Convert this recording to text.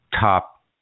top